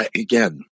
Again